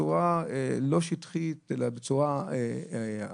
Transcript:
בצורה לא שטחית אלא עמוקה.